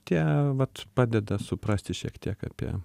tie vat padeda suprasti šiek tiek apie